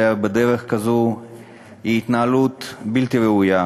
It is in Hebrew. בדרך זו היא התנהלות בלתי ראויה,